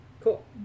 cool